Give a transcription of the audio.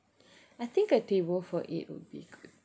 I think a table for eight would be good